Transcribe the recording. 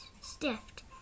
stiffed